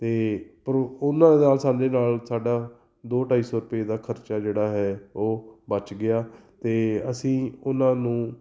ਅਤੇ ਪ੍ਰੋ ਉਹਨਾਂ ਨਾਲ ਸਾਡੇ ਨਾਲ ਸਾਡਾ ਦੋ ਢਾਈ ਸੌ ਰੁਪਏ ਦਾ ਖਰਚਾ ਜਿਹੜਾ ਹੈ ਉਹ ਬਚ ਗਿਆ ਅਤੇ ਅਸੀਂ ਉਹਨਾਂ ਨੂੰ